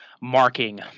marking